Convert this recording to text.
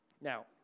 Now